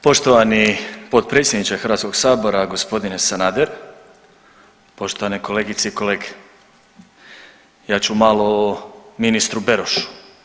Poštovani potpredsjedniče Hrvatskog sabora gospodine Sanader, poštovane kolegice i kolege, ja ću malo o ministru Berošu.